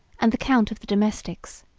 and the count of the domestics.